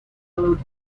allowed